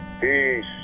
Peace